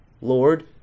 Lord